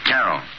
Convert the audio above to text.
Carol